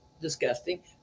disgusting